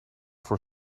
voor